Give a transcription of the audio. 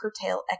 curtail